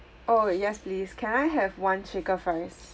oh yes please can I have one shaker fries